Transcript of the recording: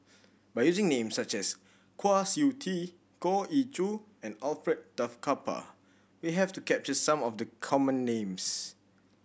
by using names such as Kwa Siew Tee Goh Ee Choo and Alfred Duff Cooper we have to capture some of the common names